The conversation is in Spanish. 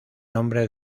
nombre